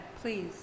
please